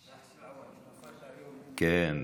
כן.